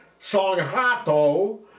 Songhato